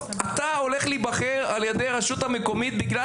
אתה הולך להיבחר על-ידי הרשות המקומית בגלל